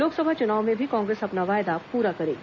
लोकसभा चुनाव में भी कांग्रेस अपना वायदा पूरा करेगी